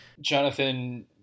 Jonathan